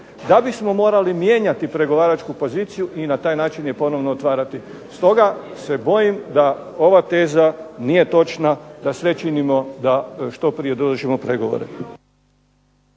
da bismo morali mijenjati pregovaračku poziciju i na taj način je ponovno otvarati. Stoga se bojim da ova teza nije točna da sve činimo da što prije dovršimo pregovore.